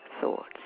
thoughts